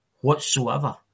whatsoever